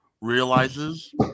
realizes